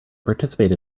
participate